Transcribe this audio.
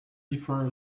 before